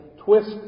twist